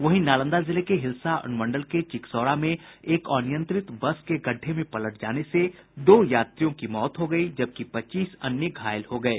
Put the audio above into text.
वहीं नालंदा जिले के हिलसा अनुमंडल के चिकसौरा में एक अनियंत्रित बस के गड्ढे में पलट जाने से दो यात्रियों की मौत हो गयी जबकि पच्चीस अन्य घायल हो गये